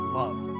love